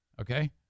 okay